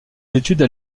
études